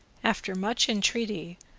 after much entreaty,